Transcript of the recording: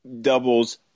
doubles